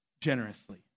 generously